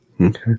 Okay